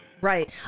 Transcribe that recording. Right